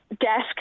desk